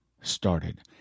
started